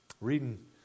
Reading